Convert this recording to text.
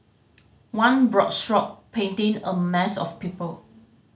one broad stroke painting a mass of people